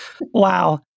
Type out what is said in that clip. Wow